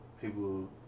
People